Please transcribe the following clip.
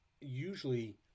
usually